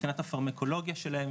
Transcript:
מבחינת הפרמקולוגיה שלהם,